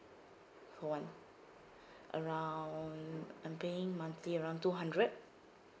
one around I'm paying monthly around two hundred